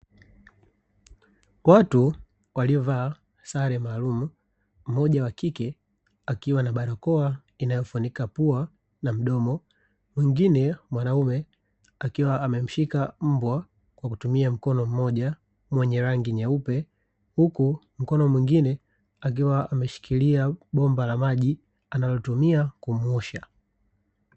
Watu waliyovaa sare maalumu mmoja wa kike akiwa na barakoa inayofunika pua na mdomo, mwingine mwanaume akiwa amemshika mbwa kwa kutumia mkono mmoja wenye rangi nyeupe huku mkono mwingine akiwa ameshikilia bomba la maji analotumia kumuosha.